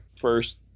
first